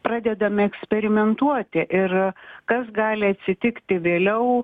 pradedam eksperimentuoti ir kas gali atsitikti vėliau